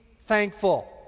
thankful